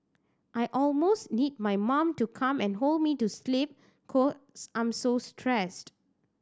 I almost need my mom to come and hold me to sleep cause I'm so stressed